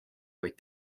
vaid